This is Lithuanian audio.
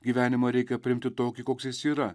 gyvenimą reikia priimti tokį koks jis yra